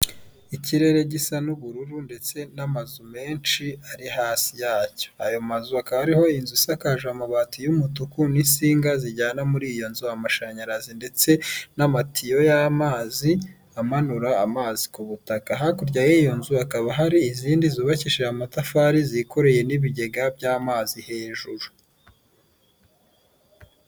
Ikirere gisa n'ubururu ndetse n'amazu menshi ari hasi yacyo ayo mazu akaba hariho inzu isakaje amabati y'umutuku n'insinga zijyana muri iyo nzu amashanyarazi ndetse n'amatiyo y'amazi amanura amazi ku butaka hakurya y'iyo nzu hakaba hari izindi zubakishije amatafari zikoreye n'ibigega by'amazi hejuru.